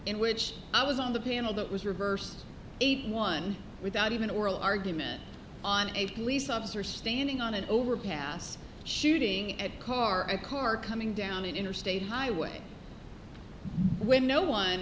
in which i was on the panel that was reversed eighty one without even oral argument on a police officer standing on an overpass shooting at car a car coming down an interstate highway when no one